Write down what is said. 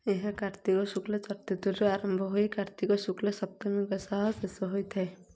ଏହା କାର୍ତ୍ତିକ ଶୁକ୍ଲ ଚତୁର୍ଥୀରୁ ଆରମ୍ଭ ହୋଇ କାର୍ତ୍ତିକ ଶୁକ୍ଲ ସପ୍ତମୀଙ୍କ ଶେଷ ହୋଇଥାଏ